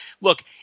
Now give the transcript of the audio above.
look